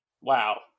wow